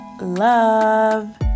love